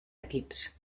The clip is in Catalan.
equips